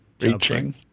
Reaching